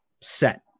set